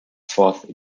fourth